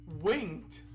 Winked